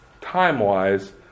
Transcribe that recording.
time-wise